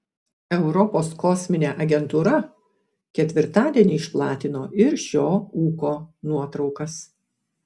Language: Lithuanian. europos kosminė agentūra ketvirtadienį išplatino ir šio ūko nuotraukas